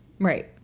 Right